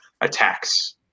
attacks